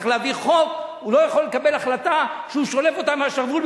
צריך להעביר חוק והוא לא יכול לקבל החלטה שהוא שולף אותה מהשרוול,